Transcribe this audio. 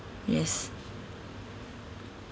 yes